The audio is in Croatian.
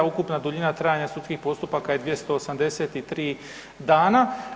Ukupna duljina trajanja sudskih postupaka je 283 dana.